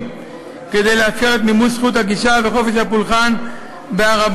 כדי לאפשר את מימוש זכות הגישה וחופש הפולחן בהר-הבית,